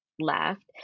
left